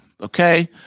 Okay